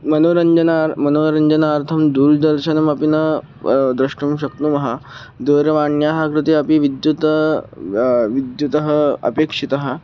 मनोरञ्जना मनोरञ्जनार्थं दूरदर्शनमपि न द्रष्टुं शक्नुमः दूरवाण्याः कृते अपि विद्युत् विद्युत् अपेक्षिता